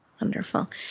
Wonderful